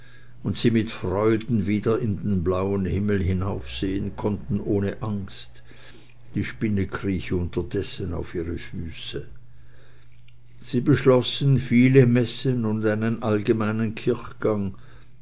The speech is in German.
und sie mit freuden wieder in den blauen himmel hinaufsehen konnten ohne angst die spinne krieche unterdessen auf ihre füße sie beschlossen viele messen und einen allgemeinen kilchgang